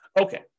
Okay